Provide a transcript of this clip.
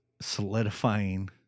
solidifying